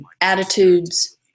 attitudes